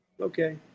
Okay